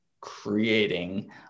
creating